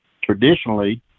traditionally